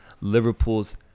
Liverpool's